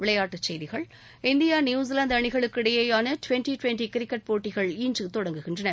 விளையாட்டுச் செய்திகள் India New Zealand அணிகளுக்கு இடையேயான டுவெள்டி டுவெள்டி கிரிக்கெட் போட்டிகள் இன்று தொடங்குகின்றன